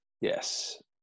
Yes